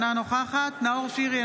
אינה נוכחת נאור שירי,